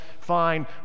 fine